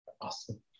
Awesome